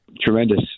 tremendous